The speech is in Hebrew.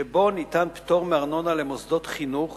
שבו ניתן פטור מארנונה למוסדות חינוך